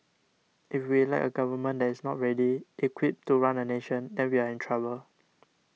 if we elect a government that is not ready equipped to run a nation then we are in trouble